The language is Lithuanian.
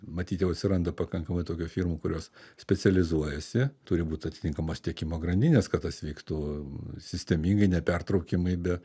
matyt jau atsiranda pakankamai tokių firmų kurios specializuojasi turi būt atitinkamos tiekimo grandinės kad tas vyktų sistemingai nepertraukiamai be